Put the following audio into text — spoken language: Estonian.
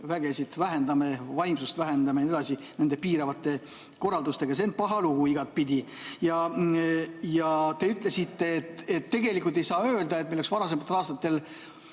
vägesid, vähendame vaimsust ja nii edasi nende piiravate korraldustega. See on paha lugu igatpidi. Ja te ütlesite, et tegelikult ei saa öelda, et meil oleks varasematel aastatel